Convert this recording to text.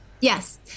Yes